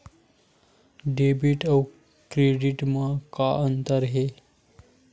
Debit अउ credit म का अंतर हे?